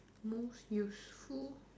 most useful